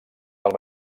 del